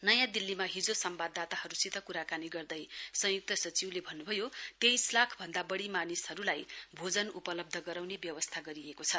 नयाँ दिल्लीमा हिजो संवाददाताहरूसित कुराकानी गर्दै संयुक्त सचिवले भन्न् भयो तेइस लाख भन्दा बढी मानिसहरूलाई भोजन उपलब्ध गराउने व्यवस्था गरिएको छ